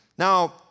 Now